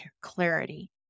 clarity